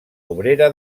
obrera